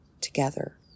together